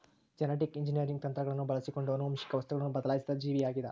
genetic engineering ತಂತ್ರಗಳನ್ನು ಬಳಸಿಕೊಂಡು ಆನುವಂಶಿಕ ವಸ್ತುವನ್ನು ಬದಲಾಯಿಸಿದ ಜೀವಿಯಾಗಿದ